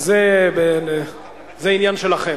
זה עניין שלכם.